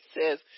says